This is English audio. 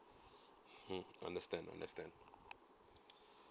hmm understand understand